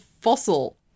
fossil